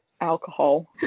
alcohol